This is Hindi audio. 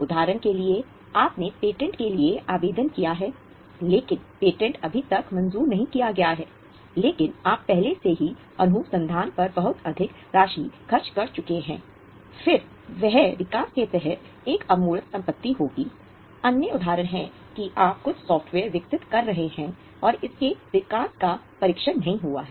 उदाहरण के लिए आपने पेटेंट के लिए आवेदन किया है लेकिन पेटेंट अभी तक मंजूर नहीं किया गया है लेकिन आप पहले से ही अनुसंधान पर बहुत अधिक राशि खर्च कर चुके हैं फिर वह विकास के तहत एक अमूर्त संपत्ति होगी अन्य उदाहरण है कि आप कुछ सॉफ्टवेयर विकसित कर रहे हैं और इसके विकास का परीक्षण नहीं हुआ है